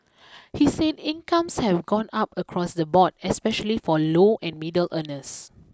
he said incomes have gone up across the board especially for low and middle earners